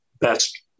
best